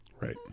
Right